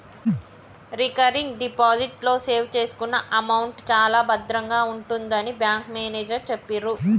recurring deposit లో save చేసుకున్న amount చాలా భద్రంగా ఉంటుందని బ్యాంకు మేనేజరు చెప్పిర్రు